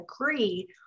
agree